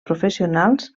professionals